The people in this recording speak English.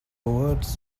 words